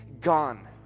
gone